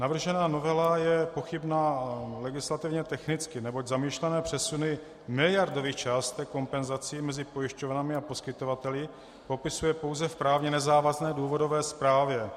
Navržená novela je pochybná legislativně technicky, neboť zamýšlené přesuny miliardových částek kompenzací mezi pojišťovnami a poskytovateli popisuje pouze v právně nezávazné důvodové zprávě.